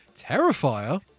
Terrifier